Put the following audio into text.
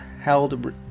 held